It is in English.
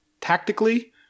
tactically